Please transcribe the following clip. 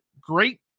great